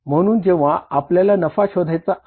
म्हणून जेंव्हा आपल्याला नफा शोधायचा असेल